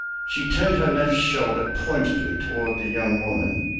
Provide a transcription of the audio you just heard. she turned her left shoulder pointedly toward the young woman,